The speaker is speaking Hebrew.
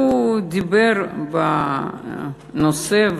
הוא דיבר בנושא,